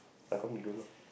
how come you don't know